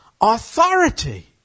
authority